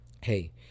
Hey